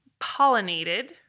pollinated